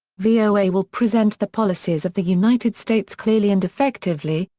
voa will present the policies of the united states clearly and effectively,